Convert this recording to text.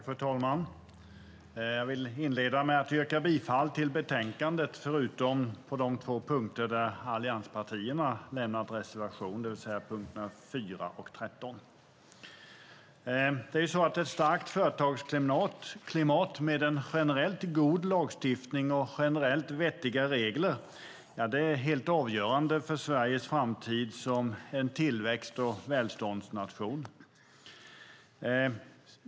Fru talman! Jag vill inleda med att yrka bifall till förslaget i betänkandet, förutom på de två punkter där allianspartierna har lämnat reservationer. Det gäller punkterna 4 och 13. Ett starkt företagsklimat med en generellt god lagstiftning och generellt vettiga regler är helt avgörande för Sveriges framtid som en tillväxt och välståndsnation.